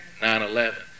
9-11